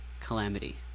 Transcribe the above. calamity